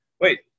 wait